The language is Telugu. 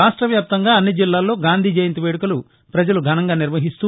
రాష్ట వ్యాప్తంగా అన్ని జిల్లాల్లో గాంధీ జయంతి వేదుకలను ప్రజలు ఘనంగా నిర్వహిస్తూ